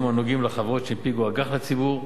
הנוגעים לחברות שהנפיקו אג"ח לציבור,